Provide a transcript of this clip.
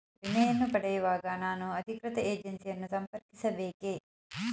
ವಿಮೆಯನ್ನು ಪಡೆಯುವಾಗ ನಾನು ಅಧಿಕೃತ ಏಜೆನ್ಸಿ ಯನ್ನು ಸಂಪರ್ಕಿಸ ಬೇಕೇ?